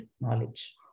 knowledge